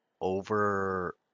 Over